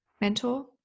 mentor